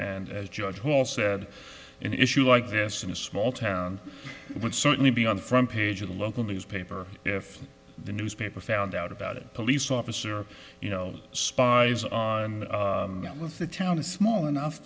as judge paul said an issue like this in a small town would certainly be on the front page of a local newspaper if the newspaper found out about it police officer you know spies with the town is small enough